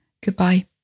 Goodbye